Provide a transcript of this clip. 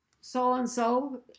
so-and-so